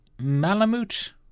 Malamute